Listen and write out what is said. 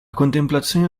contemplazione